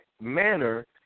manner